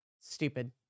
Stupid